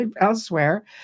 elsewhere